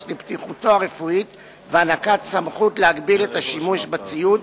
על בטיחותו הרפואית והענקת סמכות להגביל את השימוש בציוד